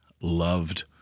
loved